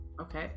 okay